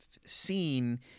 seen